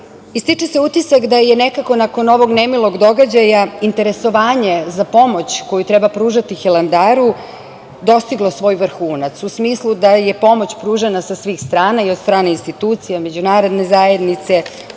Stiče se utiska da je nekako nakon ovog nemilog događaja interesovanje za pomoć koju treba pružati Hilandaru dostiglo svoj vrhunac u smislu da je pomoć pružana sa svih strana, i od strane institucija, međunarodne zajednice,